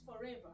forever